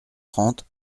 trente